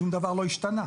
ושם דבר לא השתנה.